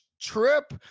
trip